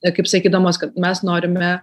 ne kaip sakydamos kad mes norime